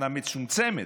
אומנם מצומצמת,